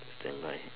standby